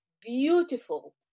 beautiful